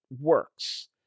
Works